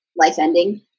life-ending